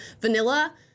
vanilla